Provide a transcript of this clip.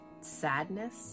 sadness